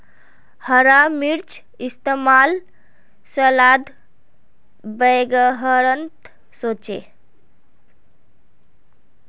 हरा मिर्चै इस्तेमाल सलाद वगैरहत होचे